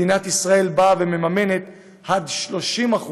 מדינת ישראל מממנת עד 30%